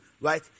Right